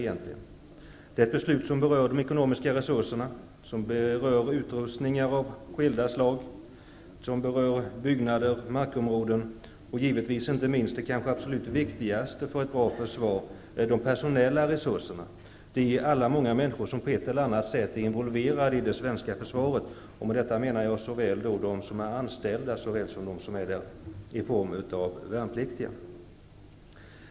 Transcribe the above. Det är ett beslut som berör de ekonomiska resurserna, som berör utrustning av skilda slag, som berör byggnader och markområden och som berör det kanske absolut viktigaste för ett bra försvar -- de personella resurserna, de många människor som på ett eller annat sätt är involverade i det svenska försvaret. Jag avser då såväl dem som är anställda som dem som är där som värnpliktiga.